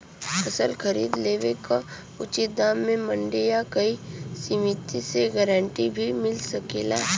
फसल खरीद लेवे क उचित दाम में मंडी या कोई समिति से गारंटी भी मिल सकेला?